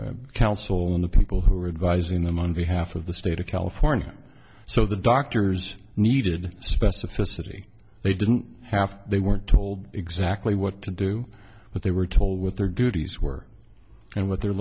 the counsel in the people who were advising them on behalf of the state of california so the doctors needed specificity they didn't have they weren't told exactly what to do but they were told with their duties were and what their